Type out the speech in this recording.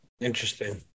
Interesting